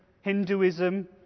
Hinduism